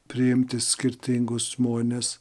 priimti skirtingus žmones